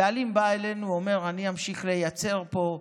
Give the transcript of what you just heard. הבעלים בא אלינו ואומר: אני אמשיך לייצר פה,